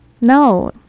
no